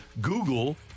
Google